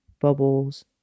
Bubbles